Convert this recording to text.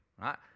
right